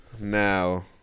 Now